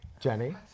Jenny